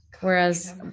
whereas